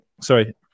Sorry